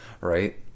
right